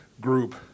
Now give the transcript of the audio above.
group